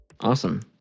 Awesome